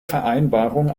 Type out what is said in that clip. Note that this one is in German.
vereinbarung